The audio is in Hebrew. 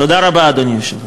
תודה רבה, אדוני היושב-ראש.